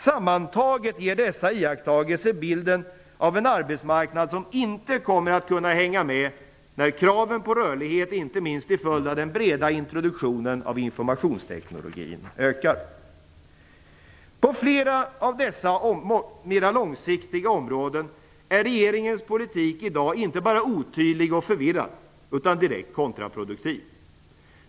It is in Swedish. Sammantaget ger dessa iakttagelser bilden av en arbetsmarknad som inte kommer att kunna hänga med när kraven på rörlighet ökar, inte minst till följd av den breda introduktionen av informationsteknologin. På flera av dessa mera långsiktiga områden är regeringens politik i dag inte bara otydlig och förvirrad utan direkt kontraproduktiv.